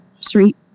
street